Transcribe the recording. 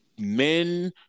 men